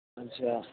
اچھا